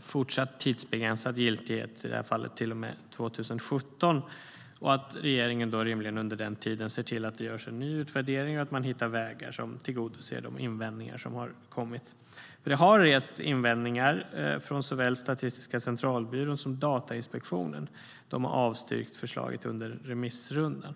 fortsatt tidsbegränsad giltighet, i det här fallet till och med 2017, och att regeringen rimligen under den tiden ser till att det görs en ny utvärdering och att man hittar vägar som tillgodoser de invändningar som har kommit. Det har rests invändningar från såväl Statistiska centralbyrån som Datainspektionen. De har avstyrkt förslaget under remissrundan.